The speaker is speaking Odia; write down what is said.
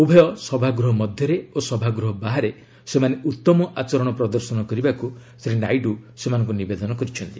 ଉଭୟ ସଭାଗୃହ ମଧ୍ୟରେ ଓ ସଭାଗୃହ ବାହାରେ ସେମାନେ ଉତ୍ତମ ଆଚରଣ ପ୍ରଦର୍ଶନ କରିବାକୁ ଶ୍ରୀ ନାଇଡୁ ସେମାନଙ୍କୁ ନିବେଦନ କରିଛନ୍ତି